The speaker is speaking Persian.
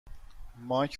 مایک